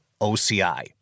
OCI